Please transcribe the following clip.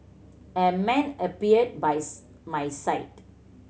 a man appeared buys my side